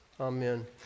amen